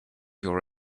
your